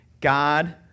God